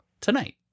tonight